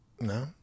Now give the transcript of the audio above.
No